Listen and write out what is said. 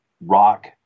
rock